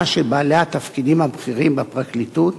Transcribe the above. של בעלי התפקידים הבכירים בפרקליטות: